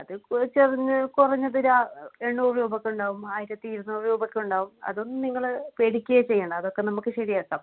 അതിപ്പോൾ ചെറിഞ്ഞ് കുറഞ്ഞത് രാ എണ്ണൂറ് രൂപയൊക്കെ ഉണ്ടാവും ആയിരത്തി ഇരുന്നൂറ് രൂപയൊക്കെ ഉണ്ടാവും അതൊന്നും നിങ്ങൾ പേടിക്കുകയേ ചെയ്യണ്ട അതൊക്കെ നമുക്ക് ശരിയാക്കാം